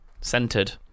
Centered